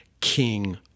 king